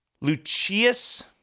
Lucius